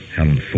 Helen